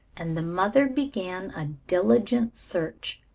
and the mother began a diligent search.